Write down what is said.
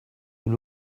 then